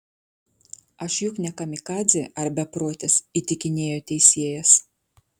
aš juk ne kamikadzė ar beprotis įtikinėjo teisėjas